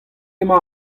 emañ